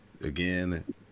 Again